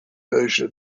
version